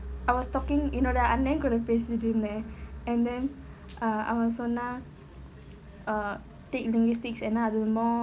I was talking you know என்னோட அண்ணன் கூட பேசிக்கிட்டு இருந்தேன்:ennoda annan kuda pesikittu irunthaen and then uh அவன் சொன்னான்:avan sonnaan uh take linguistics and அது ஒரு:athu oru